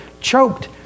choked